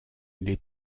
les